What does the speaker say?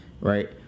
right